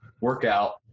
workout